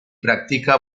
practica